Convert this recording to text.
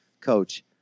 coach